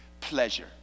pleasure